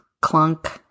clunk